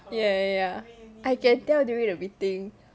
ya ya ya I can tell you during the meeting